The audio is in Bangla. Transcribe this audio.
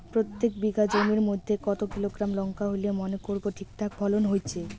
প্রত্যেক বিঘা জমির মইধ্যে কতো কিলোগ্রাম লঙ্কা হইলে মনে করব ঠিকঠাক ফলন হইছে?